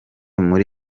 muri